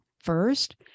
first